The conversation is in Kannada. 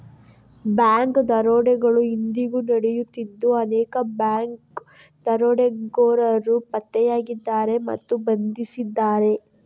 ಬ್ಯಾಂಕ್ ದರೋಡೆಗಳು ಇಂದಿಗೂ ನಡೆಯುತ್ತಿದ್ದು ಅನೇಕ ಬ್ಯಾಂಕ್ ದರೋಡೆಕೋರರು ಪತ್ತೆಯಾಗಿದ್ದಾರೆ ಮತ್ತು ಬಂಧಿಸಿದ್ದಾರೆ